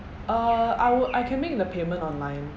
uh I would I can make the payment online